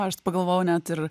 aš pagalvojau net ir